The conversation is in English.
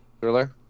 thriller